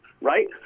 right